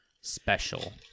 special